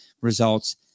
results